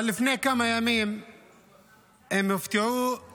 אבל לפני כמה ימים הם הופתעו כי